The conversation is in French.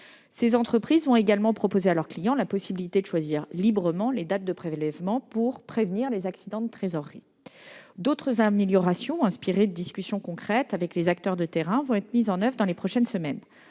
Ces entreprises vont également pouvoir proposer à leurs clients de choisir librement les dates de prélèvement pour prévenir les accidents de trésorerie. D'autres améliorations inspirées de discussions concrètes avec les acteurs de terrain vont être mises en oeuvre dans les prochaines semaines.